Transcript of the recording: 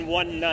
one